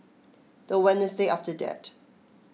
the Wednesday after that